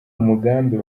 umugambi